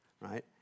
right